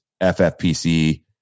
FFPC